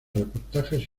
reportajes